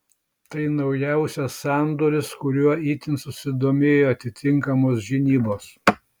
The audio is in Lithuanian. tai naujausias sandoris kuriuo itin susidomėjo atitinkamos žinybos